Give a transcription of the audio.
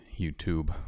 youtube